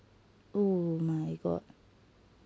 oh my god